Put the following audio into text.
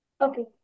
Okay